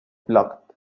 blocked